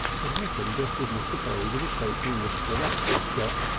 it happened just as mr. polly was approaching mr. rusper's shop,